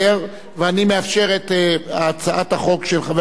של חבר הכנסת עפו אגבאריה כהצעה ראשונה,